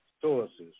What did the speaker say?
sources